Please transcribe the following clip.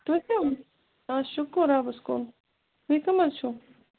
تُہۍ کَم آ شُکُر رۄبَس کُن تُہۍ کَم حظ چھُو